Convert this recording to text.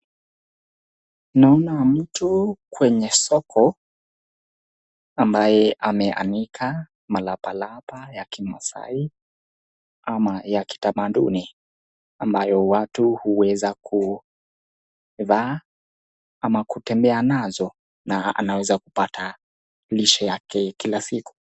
Naona mtu kwenye soko ambaye ameanika malapalapa ya kimasai ama ya kitamaduni ambayo watu huweza kuvaa ama kutembea nazo na anaweza kupata lishe yake kila siku.